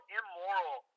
immoral